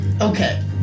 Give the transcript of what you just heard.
Okay